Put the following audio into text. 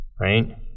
right